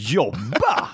jobba